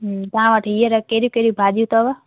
तव्हां वटि हींअर कहिड़ियूं कहिड़ियूं भाॼियूं अथव